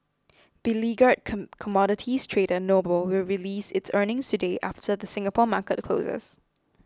beleaguered come commodities trader noble will release its earnings today after the Singapore market closes